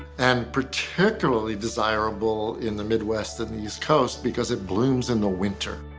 and particularly desirable in the midwest and east coast because it blooms in the winter.